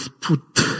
put